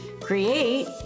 create